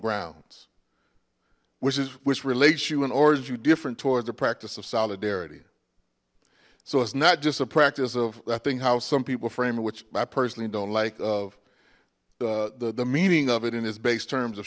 grounds which is which relates you and orange you different towards the practice of solidarity so it's not just a practice of i think how some people frame which i personally don't like of the the meaning of it in its base terms of